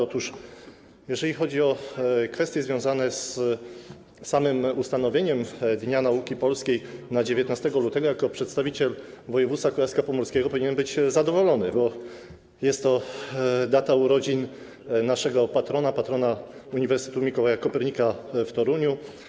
Otóż jeżeli chodzi o kwestie związane z samym ustanowieniem Dnia Nauki Polskiej w dniu 19 lutego, jako przedstawiciel województwa kujawsko-pomorskiego powinienem być zadowolony, bo jest to data urodzin naszego patrona, patrona Uniwersytetu Mikołaja Kopernika w Toruniu.